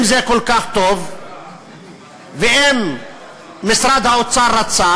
אם זה כל כך טוב ואם משרד האוצר רצה